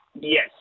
Yes